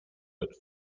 but